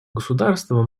государства